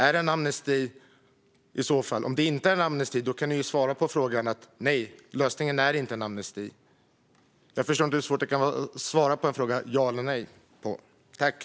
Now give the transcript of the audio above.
Är det en amnesti? Om det inte är en amnesti kan ni svara nej på frågan och säga att lösningen inte är en amnesti. Jag förstår inte att det kan vara så svårt att svara ja eller nej på en fråga.